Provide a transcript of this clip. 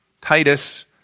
Titus